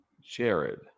Jared